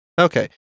Okay